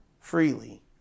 freely